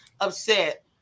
upset